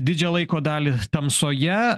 didžiąją laiko dalį tamsoje